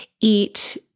eat